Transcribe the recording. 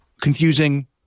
confusing